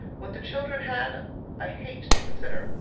what the children had i hate to consider.